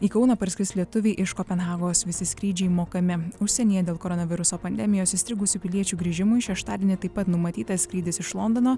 į kauną parskris lietuviai iš kopenhagos visi skrydžiai mokami užsienyje dėl koronaviruso pandemijos įstrigusių piliečių grįžimui šeštadienį taip pat numatytas skrydis iš londono